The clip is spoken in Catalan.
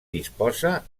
disposa